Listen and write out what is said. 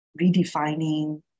redefining